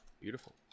beautiful